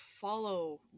follow